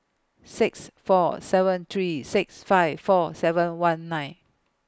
six four seven three six five four seven one nine